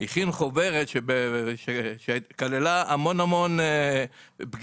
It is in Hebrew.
הוא הכין חוברת שכללה המון המון פגיעה